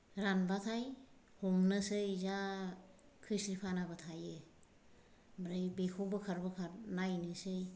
रानबाथाय हमनोसै जा खैस्रिफानाबो थायो ओमफ्राय बेखौ बोखार बोखार नायनोसै